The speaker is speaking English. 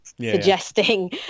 suggesting